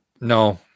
No